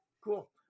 cool